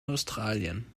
australien